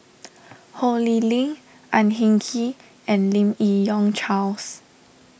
Ho Lee Ling Ang Hin Kee and Lim Yi Yong Charles